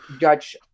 judge